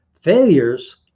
failures